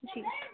جی